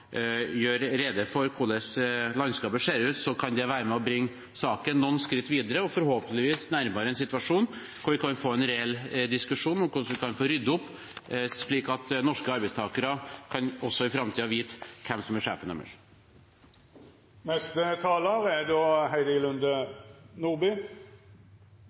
rede for hvordan landskapet ser ut, kan det være med på å bringe saken noen skritt videre – og forhåpentligvis nærmere en situasjon hvor vi kan få en reell diskusjon om hvordan vi kan få ryddet opp, slik at norske arbeidstakere også i framtiden kan få vite hvem som er sjefen deres. Representanten Grande sier at det ikke er